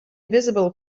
visible